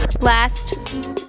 last